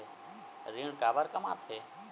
ऋण काबर कम आथे?